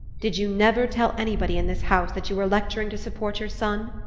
did you never tell anybody in this house that you were lecturing to support your son?